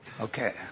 Okay